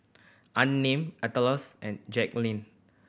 unnamed Aleta and Jackeline